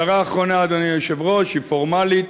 הערה אחרונה, אדוני היושב-ראש, והיא פורמלית.